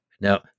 Now